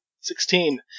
Sixteen